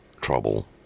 trouble